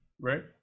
Right